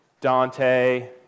Dante